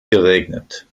geregnet